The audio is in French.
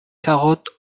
carottes